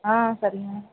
ஆ சரிங்க